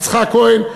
יצחק כהן,